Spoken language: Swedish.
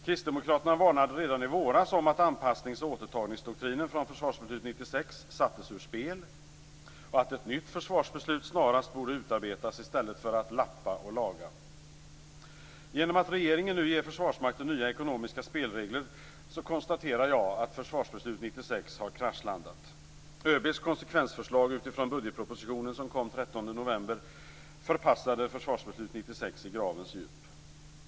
Kristdemokraterna varnade redan i våras för att anpassnings och återtagningsdoktrinen från Försvarsbeslut 96 sattes ur spel och att ett nytt försvarsbeslut snarast borde utarbetas i stället för att lappa och laga. När regeringen nu ger Försvarsmakten nya ekonomiska spelregler konstaterar jag att Försvarsbeslut 96 har kraschlandat. ÖB:s konsekvensförslag utifrån budgetpropositionen som kom den 13 november förpassade Försvarsbeslut 96 i gravens djup.